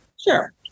Sure